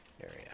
area